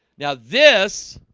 now, this